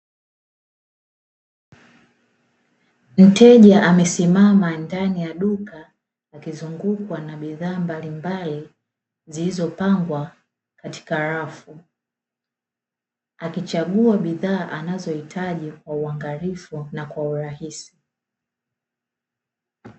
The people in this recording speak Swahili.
Mteja amesimama ndani ya duka akizungukwa na bidhaa mbalimbali zilizopangwa katika rafu, akichagua bidhaa anazohitaji kwa uangalifu na urahisi.